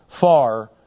far